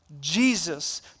Jesus